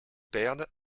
perdent